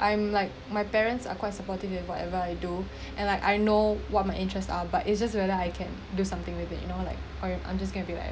I'm like my parents are quite supportive in whatever I do and I I know what my interests are but it's just whether I can do something with it you know like or I'm just gonna be like